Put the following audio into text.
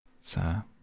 Sir